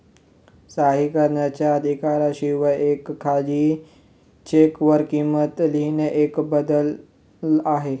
सही करणाऱ्याच्या अधिकारा शिवाय एका खाली चेक वर किंमत लिहिणे एक बदल आहे